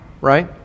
right